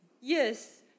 Yes